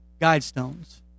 Guidestones